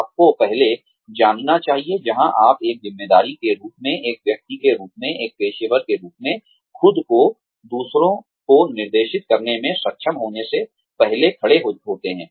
आपको पहले जानना चाहिए जहां आप एक कर्मचारी के रूप में एक व्यक्ति के रूप में एक पेशेवर के रूप में खुद को दूसरों को निर्देशित करने में सक्षम होने से पहले खड़े होते हैं